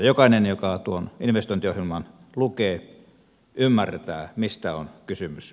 jokainen joka tuon investointiohjelman lukee ymmärtää mistä on kysymys